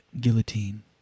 Guillotine